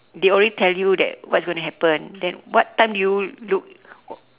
they're tell you that what's going to happen then what time do you look